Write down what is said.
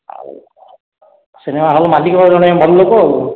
ଆଉ cinema hall ମାଲିକ ଜଣେ ଭଲ ଲୋକ